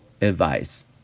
advice